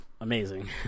amazing